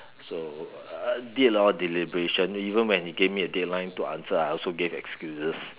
so uh did a lot of deliberation even when he gave me a deadline to answer I also gave excuses